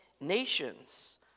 nations